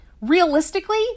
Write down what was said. Realistically